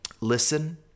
Listen